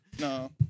No